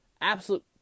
absolute